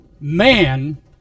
man